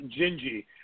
gingy